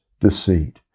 deceit